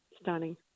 stunning